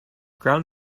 ground